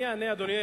אני אענה,